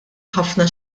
ħafna